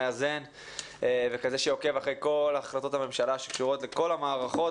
מאזן וכזה שעוקב אחרי כל החלטות הממשלה שקשורות לכל המערכות,